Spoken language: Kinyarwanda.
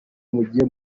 mugiye